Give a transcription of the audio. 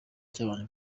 cyabanje